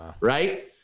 right